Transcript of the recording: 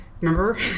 Remember